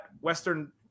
Western